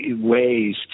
ways